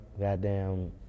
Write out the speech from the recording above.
goddamn